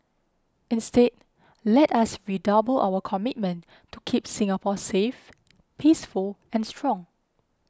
instead let us redouble our commitment to keep Singapore safe peaceful and strong